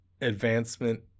advancement